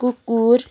कुकुर